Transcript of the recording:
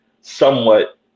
somewhat